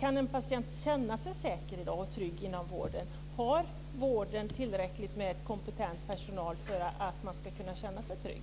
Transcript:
Kan en patient känna sig säker och trygg i dag inom vården? Har vården tillräckligt med kompetent personal för att man ska kunna känna sig trygg?